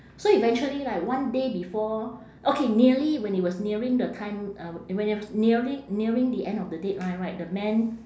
so eventually like one day before okay nearly when it was nearing the time uh when it was nearing nearing the end of the deadline right the man